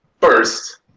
first